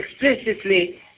explicitly